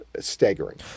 staggering